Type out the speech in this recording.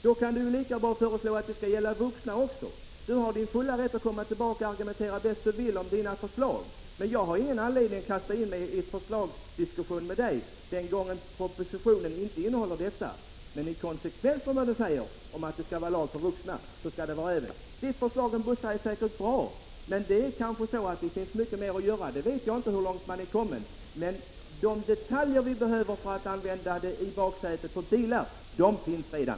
Då kan ni ju lika gärna föreslå att det skall gälla vuxna också. Ni har er fulla rätt att komma tillbaka och argumentera bäst ni vill för era förslag. Jag har ingen anledning att nu ge mig in på en diskussion med er om ett sådant förslag, när propositionen inte innehåller det. Men i konsekvens med att den säger att det skall vara lag för vuxna så anser jag att det även skall gälla för barn. Ert förslag om bussar är säkert bra. Men det finns kanske mycket mer att göra. Jag vet inte hur långt man har kommit. De detaljer vi behöver för att använda bilbälte i baksätet på bilar finns emellertid redan.